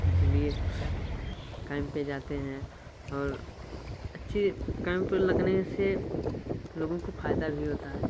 इसीलिए कैंप पे जाते हैं और अच्छी कैंप लगने से लोगों को फायदा भी होता है